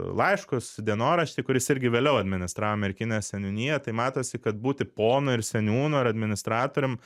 laiškus dienoraštį kuris irgi vėliau administravo merkinės seniūniją tai matosi kad būti ponu ir seniūnu ir administratorium